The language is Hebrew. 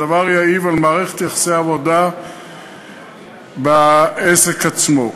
הדבר יעיב על מערכת יחסי העבודה בעסק עצמו.